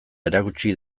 erakutsi